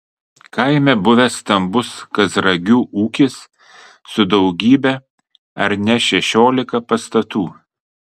kaime buvęs stambus kazragių ūkis su daugybe ar ne šešiolika pastatų